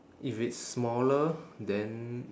if it's smaller then